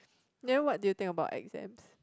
then what do you think about exams